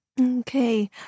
Okay